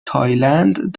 تایلند